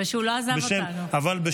ושהוא לא עזב אותנו.